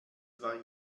war